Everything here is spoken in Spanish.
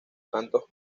santos